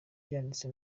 byanditse